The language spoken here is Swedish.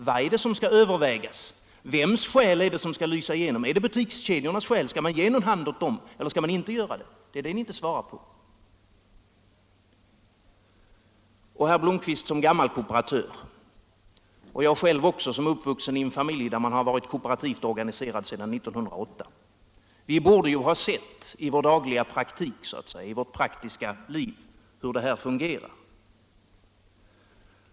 Vad är det som skall övervägas? Vems skäl är det som skall lysa igenom? Är det butikskedjornas skäl? Skall man ge en hand åt dem, eller skall man inte göra det? Det är det ni inte svarar på. Herr Blomkvist borde i egenskap av gammal kooperatör — jag själv är uppvuxen i en familj där man varit kooperativt organiserad sedan 1908 — i praktiska livet ha sett hur det här fungerar.